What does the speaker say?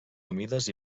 humides